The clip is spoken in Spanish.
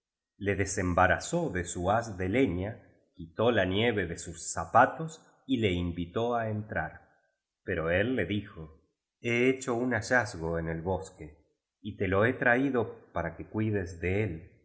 le desembarazó de su haz de leña quitó la nieve de sus zapatos y le invitó á entrar pero él le dijo he hecho un hallazgo en el bosque y te lo he traído para que cuides de el